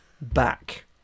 Back